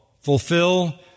fulfill